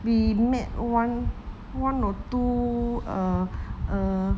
we met one one or two err err